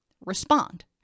respond